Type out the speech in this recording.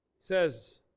says